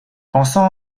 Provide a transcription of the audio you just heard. pensant